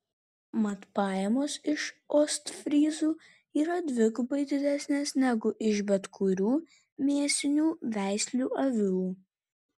mat pajamos iš ostfryzų yra dvigubai didesnės negu iš bet kurių mėsinių veislių avių